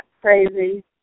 crazy